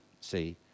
see